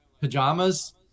pajamas